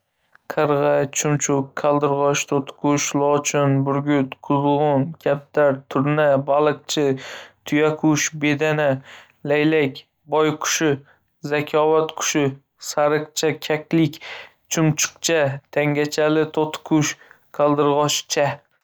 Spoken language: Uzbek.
Qarg'a, chumchuq, qaldirg'och, to'tiqush, lochin, burgut, quzg'un, kaptar, turna, baliqchi, tuyaqush, bedana, laylak, boyqush, zakovat qushi, sariqcha, kaklik, chumchuqcha, tangachali to'tiqush, qaldirg'ochcha.